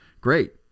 great